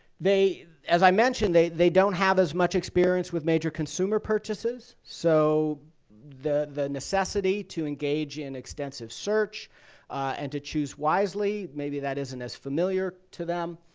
as i mentioned, they they don't have as much experience with major consumer purchases, so the the necessity to engage in extensive search and to choose wisely maybe that isn't as familiar to them.